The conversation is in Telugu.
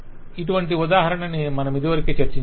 ఇటువంటి ఉదాహరణని మనమిదివరకే చర్చించాం